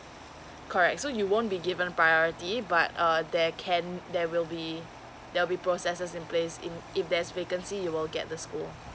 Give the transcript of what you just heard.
correct so you won't be given priority but err there can there will be there will be processes and placed in if there's vacancy you will get the school